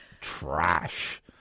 trash